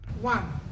One